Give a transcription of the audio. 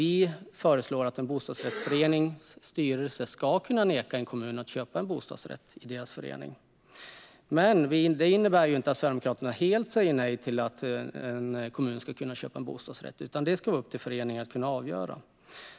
Vi föreslår att en bostadsrättsförenings styrelse ska kunna neka en kommun att köpa en bostadsrätt i föreningen. Men det innebär inte att Sverigedemokraterna helt säger nej till att en kommun ska kunna köpa en bostadsrätt, utan det ska vara upp till föreningen att avgöra.